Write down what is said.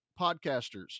podcasters